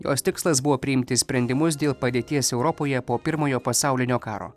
jos tikslas buvo priimti sprendimus dėl padėties europoje po pirmojo pasaulinio karo